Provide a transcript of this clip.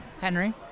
Henry